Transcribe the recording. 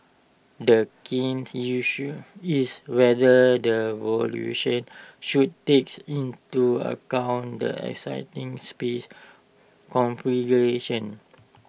the key issue is whether the valuation should takes into account the existing space configuration